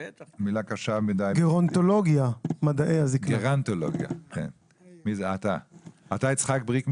בבקשה אם תוכל במשפט אחד להוסיף לנו איזו תובנה על